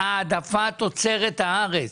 העדפת תוצרת הארץ.